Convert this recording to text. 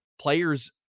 players